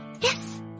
yes